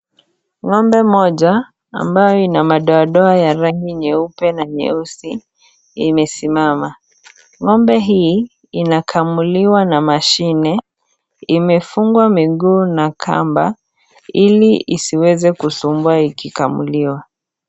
Ng'ombe moja ambaye inamadoadoa ya rangi nyeupe na nyeusi imesimama , Ng'ombe hii inakamuliwa na mashine , imefungwa miguu na kamba ili isiweze kusumbua ikikamuliwa.